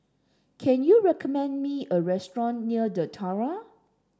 can you recommend me a restaurant near The Tiara